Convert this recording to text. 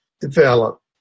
develop